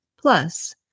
Plus